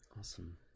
Awesome